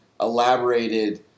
elaborated